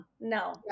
No